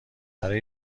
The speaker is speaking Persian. برای